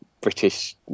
British